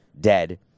dead